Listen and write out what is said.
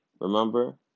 remember